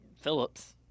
Phillips